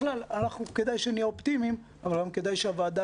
כדאי שנהיה אופטימיים אבל גם כדאי שהוועדה